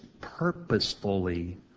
purposefully